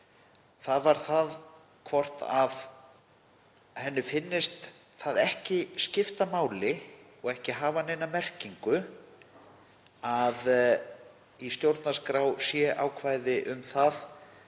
það er hvort henni finnist það ekki skipta máli og ekki hafa neina merkingu að í stjórnarskrá sé ákvæði um að